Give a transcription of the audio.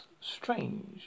strange